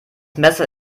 messer